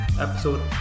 episode